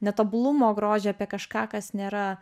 netobulumo grožį apie kažką kas nėra